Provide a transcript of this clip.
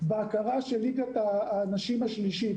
בהכרה של ליגת הנשים השלישית.